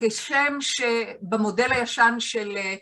כשם שבמודל הישן של...